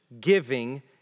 giving